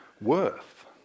worth